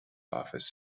office